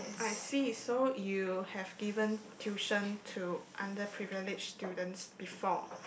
I see so you have given tuition to underprivilege students before